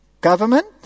Government